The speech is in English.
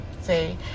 say